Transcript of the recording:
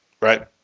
Right